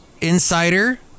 Insider